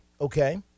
okay